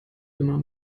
immer